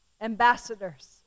Ambassadors